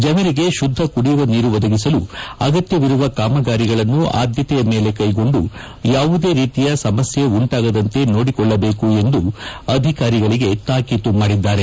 ಜನರಿಗೆ ಶುದ್ದ ಕುಡಿಯುವ ನೀರು ಒದಗಿಸಲು ಅಗತ್ಯವಿರುವ ಕಾಮಗಾರಿಗಳನ್ನು ಆದ್ಯತೆಯ ಮೇಲೆ ಕೈಗೊಂಡು ಯಾವುದೇ ರೀತಿಯ ಸಮಸ್ಯೆ ಉಂಟಾಗದಂತೆ ನೋಡಿಕೊಳ್ಳಬೇಕು ಎಂದು ಅಧಿಕಾರಿಗಳಿಗೆ ತಾಕೀತು ಮಾಡಿದ್ದಾರೆ